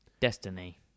Destiny